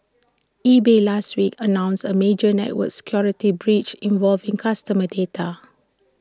eBay last week announced A major network security breach involving customer data